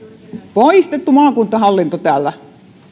poistettu maakuntahallinto täällä